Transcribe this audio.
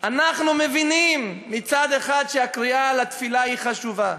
אנחנו מבינים מצד אחד שהקריאה לתפילה היא חשובה,